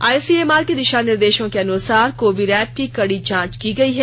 ICMR के दिशा निर्देशों के अनुसार कोविरैप की कड़ी जांच की गई है